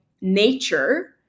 nature